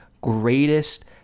greatest